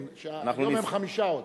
כן, היום הם עוד חמישה.